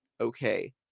okay